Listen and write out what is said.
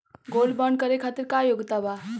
Gold bond करे खातिर का योग्यता बा?